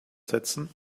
setzen